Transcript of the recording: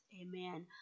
amen